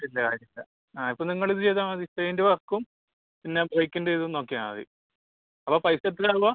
ഇല്ല അത് ഇല്ല ആ ഇപ്പോൾ നിങ്ങൾ ഇത് ചെയ്താൽ മതി പെയിൻറ്റ് വർക്കും പിന്നെ ബൈക്കിൻ്റെ ഇതും നോക്കിയാൽ മതി അപ്പോൾ പൈസ എത്രയാ ആവുക